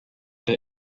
der